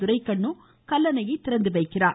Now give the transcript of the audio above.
துரைக்கண்ணு கல்லணையை திறந்து வைக்கிறார்